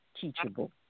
teachable